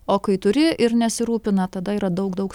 o kai turi ir nesirūpina tada yra daug daug